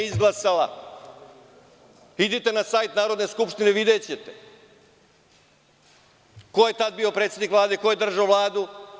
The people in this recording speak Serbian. Idite na sajt Narodne skupštine i videćete ko je tada bio predsednik Vlade, ko je držao Vladu.